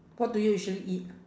what do you usually eat